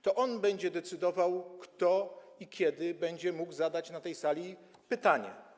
To on będzie decydował, kto i kiedy będzie mógł zadać na tej sali pytanie.